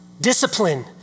Discipline